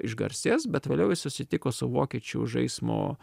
išgarsės bet vėliau jis susitiko su vokiečių žaismo